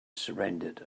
surrendered